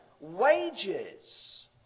Wages